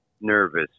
nervous